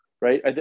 right